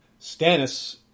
Stannis